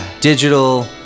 digital